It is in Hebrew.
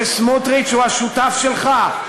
שסמוטריץ הוא השותף שלך?